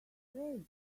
afraid